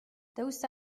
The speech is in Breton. daoust